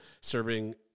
serving